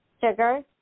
sugar